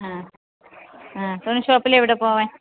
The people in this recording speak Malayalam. ആ ആ തുണി ഷോപ്പിൽ എവിടെ പോവാൻ